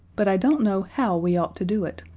but i don't know how we ought to do it.